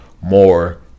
more